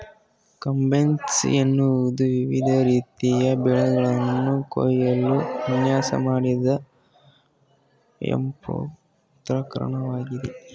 combines ಎನ್ನುವುದು ವಿವಿಧ ರೀತಿಯ ಬೆಳೆಗಳನ್ನು ಕುಯ್ಯಲು ವಿನ್ಯಾಸ ಮಾಡಿದ ಯಂತ್ರೋಪಕರಣವಾಗಿದೆ